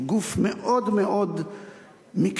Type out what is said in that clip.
היא גוף מאוד מאוד מקצועי,